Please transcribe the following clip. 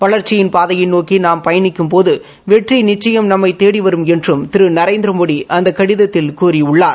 வளர்ச்சியின் பாதையை நோக்கி நாம் பயணிக்கும்போது வெற்றி நிச்சுபம் நம்மை தேடி வரும் என்றும் திரு நரேந்திரமோடி அந்த கடிதத்தில் கூறியுள்ளார்